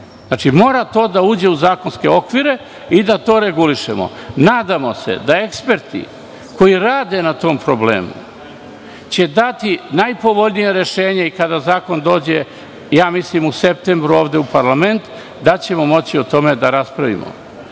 Znači, mora to da uđe u zakonske okvire i da to regulišemo. Nadamo se da će eksperti koji rade na tom problemu dati najpovoljnije rešenje i kada zakon dođe, mislim u septembru, ovde u parlament da ćemo moći o tome da raspravimo. Mi